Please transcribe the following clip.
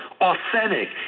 authentic